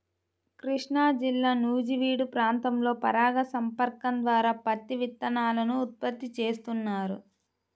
కృష్ణాజిల్లా నూజివీడు ప్రాంతంలో పరాగ సంపర్కం ద్వారా పత్తి విత్తనాలను ఉత్పత్తి చేస్తున్నారు